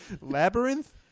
Labyrinth